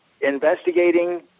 investigating